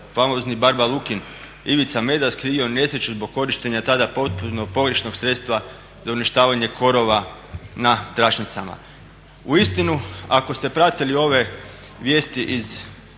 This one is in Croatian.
famozni barba Lukin Ivica Medak skrivio nesreću zbog korištenja tada potpuno pogrešnog sredstva za uništavanje korova na tračnicama. Uistinu, ako ste pratili ove vijesti koje